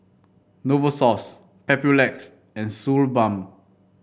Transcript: Novosource Papulex and Suu Balm